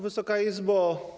Wysoka Izbo!